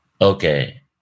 Okay